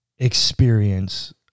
experience